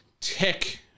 tech